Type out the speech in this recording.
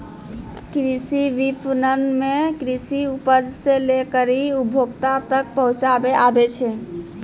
कृषि विपणन मे कृषि उपज से लै करी उपभोक्ता तक पहुचाबै आबै छै